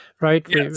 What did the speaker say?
Right